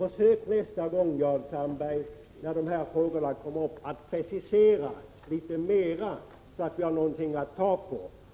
Försök att nästa gång när de här frågorna kommer upp precisera litet mer, så att vi har någonting att ta på.